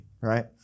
right